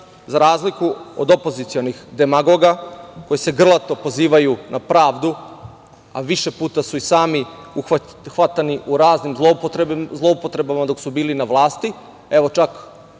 za razliku od opozicionih demagoga koji se grlato pozivaju na pravdu, a više puta su i sami hvatani u raznim zloupotrebama dok su bili na vlasti, evo, čak